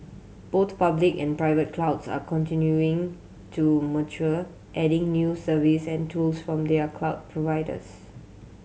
both public and private clouds are continuing to mature adding new service and tools from their cloud providers